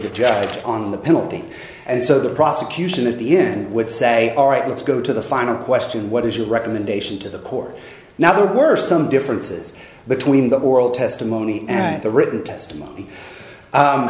the jacket on the penalty and so the prosecution at the end would say all right let's go to the final question what is your recommendation to the court now there were some differences between the oral testimony and the written testimony